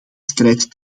strijd